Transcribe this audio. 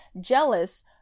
jealous